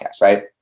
Right